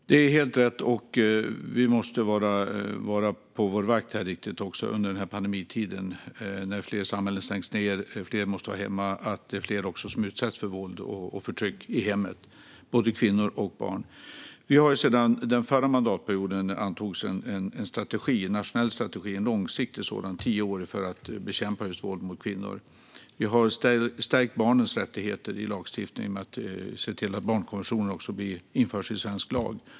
Fru talman! Det är helt rätt. Vi måste vara riktigt på vår vakt under pandemitiden då fler samhällen stängs ned och fler måste vara hemma och fler kvinnor och barn utsätts för våld och förtryck i hemmet. Vi antog under den förra mandatperioden en långsiktig nationell strategi för att under tio år rikta in oss på att bekämpa våld mot kvinnor. Vi har stärkt barnens rättigheter i lagstiftningen genom att se till att barnkonventionen införs i svensk lag.